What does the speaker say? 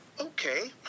okay